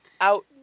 out